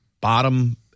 bottom